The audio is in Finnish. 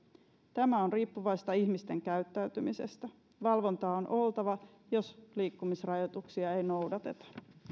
tämä on riippuvaista ihmisten käyttäytymisestä valvontaa on oltava jos liikkumisrajoituksia ei noudateta